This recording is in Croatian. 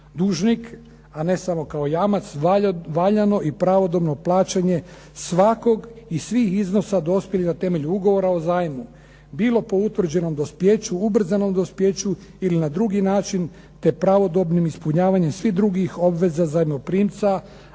dužnik, a ne samo kao jamac, valjano i pravodobno plaćanje svakog i svih iznosa dospjelih na temelju ugovora o zajmu, bilo po utvrđenom dospijeću, ubrzanom dospijeću ili na drugi način te pravodobnim ispunjavanjem svih drugih obveza zajmoprimca,